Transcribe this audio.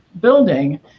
building